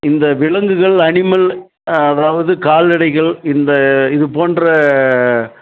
இந்த விலங்குகள் அனிமல் அதாவது கால்நடைகள் இந்த இது போன்ற